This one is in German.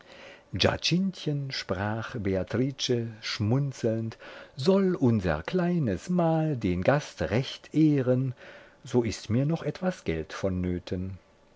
sprach beatrice schmunzelnd soll unser kleines mahl den gast recht ehren so ist mir noch etwas geld vonnöten